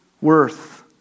worth